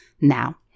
now